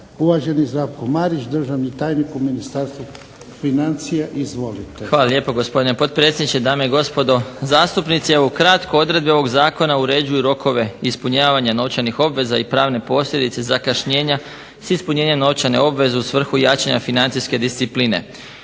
Uvaženi Zdravko Marić, državni tajnik u Ministarstvu financija. Izvolite. **Marić, Zdravko** Hvala lijepo gospodine potpredsjedniče, dame i gospodo zastupnici. Evo ukratko odredbe ovog zakona uređuju rokove ispunjavanja novčanih obveza i pravne posljedice zakašnjenja s ispunjenjem novčane obveze u svrhu jačanja financijske discipline.